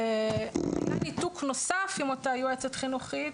היה ניתוק נוסף עם אותה יועצת חינוכית